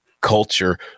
culture